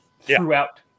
throughout